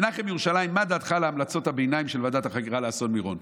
מנחם מירושלים: מה דעתך על המלצות הביניים של ועדת החקירה לאסון מירון?